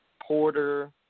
Porter